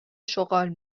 شغال